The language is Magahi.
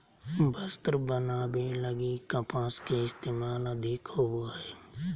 वस्त्र बनावे लगी कपास के इस्तेमाल अधिक होवो हय